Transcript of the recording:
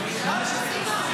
מספיק.